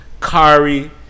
Kari